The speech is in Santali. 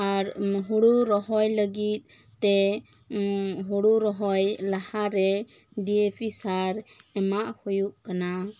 ᱟᱨ ᱦᱳᱲᱳ ᱨᱚᱦᱚᱭ ᱞᱟᱹᱜᱤᱫ ᱛᱮ ᱦᱳᱲᱳ ᱨᱚᱦᱚᱭ ᱞᱟᱦᱟ ᱨᱮ ᱰᱤ ᱮ ᱯᱤ ᱥᱟᱨ ᱮᱢᱟᱜ ᱦᱩᱭᱩᱜ ᱠᱟᱱᱟ